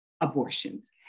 abortions